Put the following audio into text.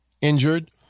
injured